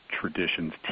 traditions